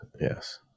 Yes